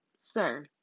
Sir